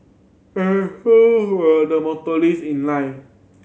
and so were the motorcyclist in line